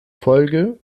folge